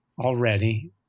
already